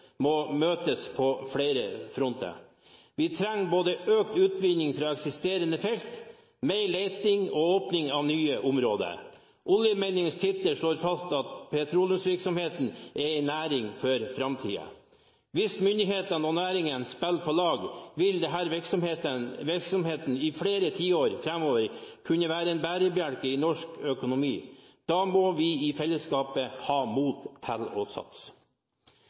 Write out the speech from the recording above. må møtes på flere fronter. Vi trenger både økt utvinning fra eksisterende felt, mer leting og åpning av nye områder. Oljemeldingens tittel slår fast at petroleumsvirksomheten er en næring for framtiden. Hvis myndighetene og næring spiller på lag, vil denne virksomheten i flere tiår framover kunne være en bærebjelke i norsk økonomi. Da må vi i fellesskap ha mot